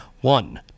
One